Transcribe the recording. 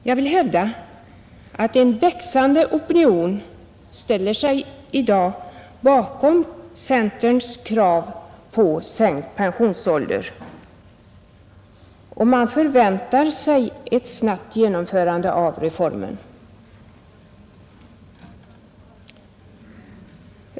Jag vill hävda, att en växande opinion i dag ställer sig bakom centerns krav på sänkt pensionsålder. Man förväntar sig ett snabbt genomförande av reformen.